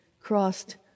crossed